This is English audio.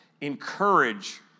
encourage